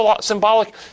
symbolic